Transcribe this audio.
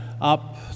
up